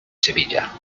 sevilla